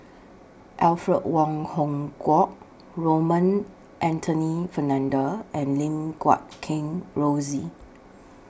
Alfred Wong Hong Kwok Raymond Anthony Fernando and Lim Guat Kheng Rosie